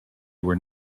were